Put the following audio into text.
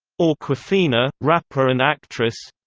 awkwafina, rapper and actress